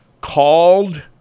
called